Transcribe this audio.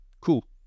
Cool